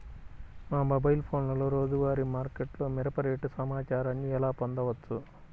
మా మొబైల్ ఫోన్లలో రోజువారీ మార్కెట్లో మిరప రేటు సమాచారాన్ని ఎలా పొందవచ్చు?